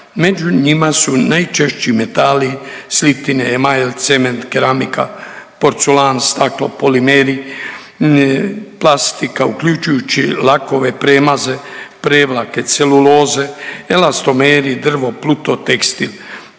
Među njima su najčešći metali slitine, e-mail, cement, keramika, porculan, stakla, polimeri, plastika uključujući lakove, premaze, prevlake, celuloze, elastomeri, drvo, pluto, tekstil.